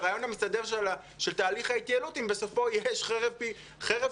את הרעיון המסתדר של תהליך ההתייעלות אם בסופו יש חרב שעומדת